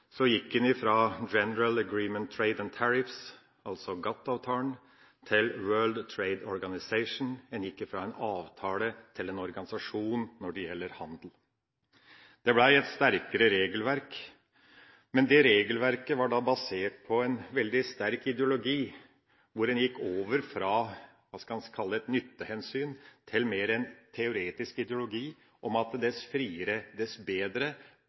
gikk en fra General Agreement on Tariffs and Trade, altså GATT-avtalen, til World Trade Organization – en gikk fra en avtale til en organisasjon når det gjelder handel. Det ble et sterkere regelverk, og regelverket var basert på en veldig sterk ideologi. En gikk over fra – hva skal en kalle det – et nyttehensyn til mer en teoretisk ideologi om at dess friere handel dess bedre